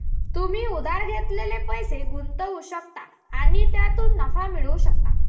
तुम्ही उधार घेतलेले पैसे गुंतवू शकता आणि त्यातून नफा मिळवू शकता